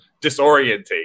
disorienting